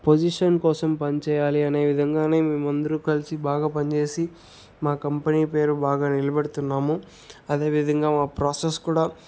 position కోసం పనిచేయాలి అనే విధంగానే మేమందరు కలిసి బాగా పనిచేసి మా కంపెనీ పేరు బాగా నిలబెడుతున్నాము అదే విధంగా మా ప్రాసెస్ కూడా